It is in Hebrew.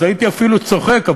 אז הייתי אפילו צוחק.